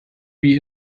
wie